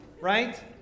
Right